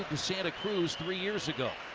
and santa cruz three years ago.